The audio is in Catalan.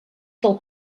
del